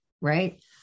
Right